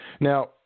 Now